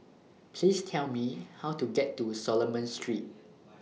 Please Tell Me How to get to Solomon Street